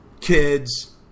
kids